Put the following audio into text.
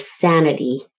sanity